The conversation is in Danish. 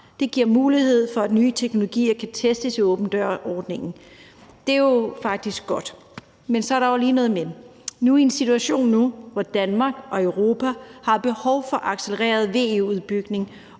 Det giver mulighed for, at nye teknologier kan testes i åben dør-ordningen. Det er jo faktisk godt, men så er der jo lige et men. Vi er i en situation nu, hvor Danmark og Europa har behov for en accelereret VE-udbygning,